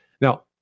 now